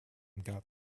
got